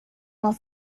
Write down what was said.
while